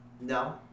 No